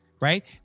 right